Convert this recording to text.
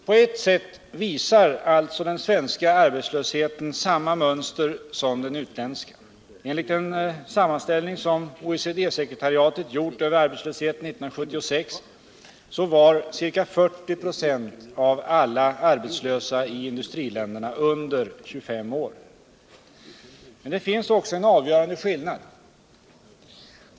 På ett sätt visar alltså den svenska arbetslösheten samma mönster som den utländska. Enligt en sammanställning som OECD-scekretariatet gjort över arbetslösheten 1976 var ca 40 26 av alla arbetslösa i industriländerna under 25 år. Men det finns också en avgörande skillnad.